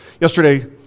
Yesterday